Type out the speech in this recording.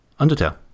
Undertale